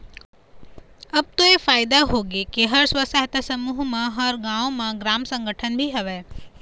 अब तो ऐ फायदा होगे के हर स्व सहायता समूह म हर गाँव म ग्राम संगठन भी हवय